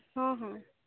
ହଁ ହଁ